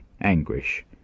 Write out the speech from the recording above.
anguish